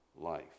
life